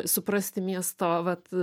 suprasti miesto vat